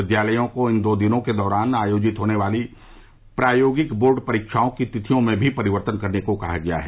विद्यालयों को इन दो दिनों के दौरान आयोजित होने वाली प्रायोगिक बोर्ड परीक्षाओं की तिथियों में भी परिवर्तन करने को कहा गया है